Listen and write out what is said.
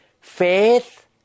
faith